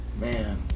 man